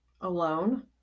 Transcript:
alone